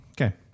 Okay